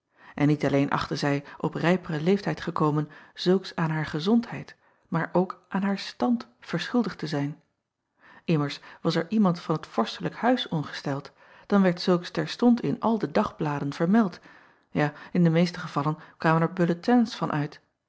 n niet alleen achtte zij op rijperen leeftijd gekomen zulks aan haar gezondheid maar ook aan haar stand verschuldigd te zijn mmers was er iemand van het orstelijk uis ongesteld dan werd zulks terstond in al de dagbladen vermeld ja in de meeste gevallen kwamen er bulletins van